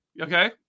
Okay